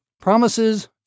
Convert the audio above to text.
Promises